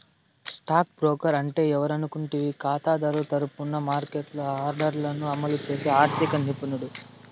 stock broker అంటే ఎవరనుకుంటివి కాతాదారుల తరపున మార్కెట్లో ఆర్డర్లను అమలు చేసి ఆర్థిక నిపుణుడు